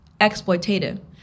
exploitative